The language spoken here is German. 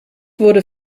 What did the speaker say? wurde